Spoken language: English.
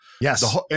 Yes